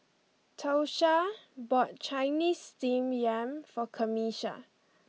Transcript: Tosha bought Chinese Steamed Yam for Camisha